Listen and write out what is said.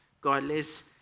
godless